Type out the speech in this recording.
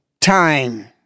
time